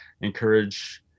encourage